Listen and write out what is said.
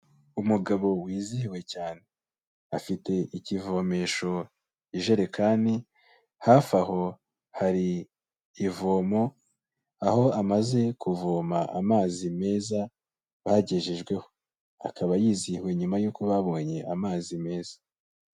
Umugabo wizihiwe cyane, afite ikivomesho ijerekani, hafi aho hari ivomo aho amaze kuvoma amazi meza bagejejweho, akaba yizihiwe nyuma y'uko babonye amazi meza.